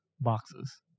boxes